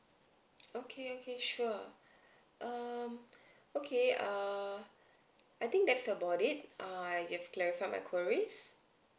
okay okay sure um okay err I think that's about it err I have clarified my queries